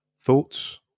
Thoughts